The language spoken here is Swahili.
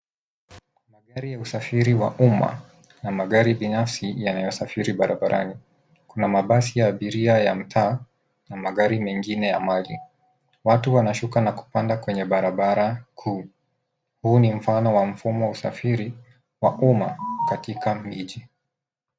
Magari ya usafiri wa umma na magari binafsi yanayosafiri barabarani. Kuna mabasi ya abiria ya mtaa na magari mengine ya mali. Watu wanashuka na kupanda kwenye barabara kuu. Huu ni mfano wa mfumo wa usafiri wa umma katika miji.